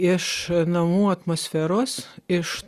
iš namų atmosferos iš